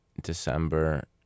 December